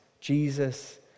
Jesus